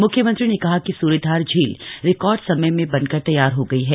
मुख्यमंत्री ने कहा कि सूर्यधार झील रिकॉर्ड समय में बनकर तैयार हो गई है